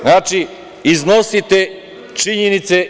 Znači, iznosite činjenice.